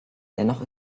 dennoch